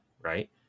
right